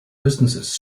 businesses